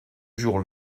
jour